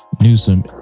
Newsom